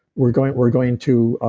we're going we're going to.